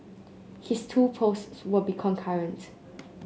his two posts will be concurrent